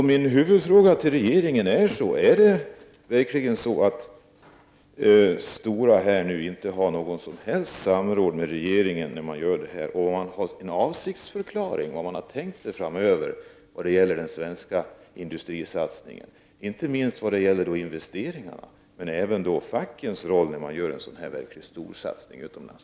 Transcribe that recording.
Min huvudfråga till regeringen blir: Har Stora verkligen inte samrått med regeringen? Har Stora avgivit någon avsiktsförklaring för vad man har tänkt sig framöver vad gäller den svenska industrisatsningen? Det gäller inte minst investeringarna, men även fackets roll vid en så stor satsning utomlands.